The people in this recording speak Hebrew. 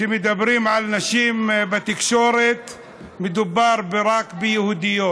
שכשמדברים על נשים בתקשורת מדובר רק ביהודיות.